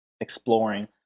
exploring